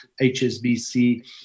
HSBC